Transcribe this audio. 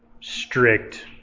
strict